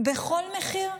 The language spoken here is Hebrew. בכל מחיר?